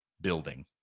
building